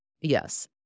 Yes